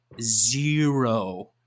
zero